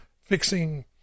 fixing